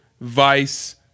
Vice